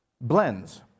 blends